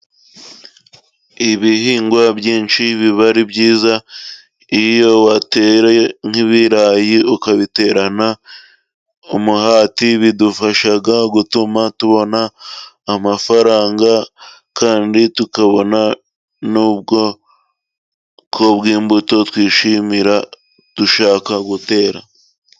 Ibihingwa byinshi biba ari byiza, iyo wateye nk'ibirayi ukabiterana umuhati, bidufasha gutuma tubona amafaranga kandi tukabona n'ubwoko bw'imbuto twishimira, dushaka gutera.